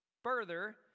Further